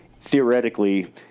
theoretically